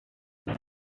his